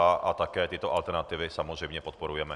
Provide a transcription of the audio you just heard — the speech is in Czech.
A také tyto alternativy samozřejmě podporujeme.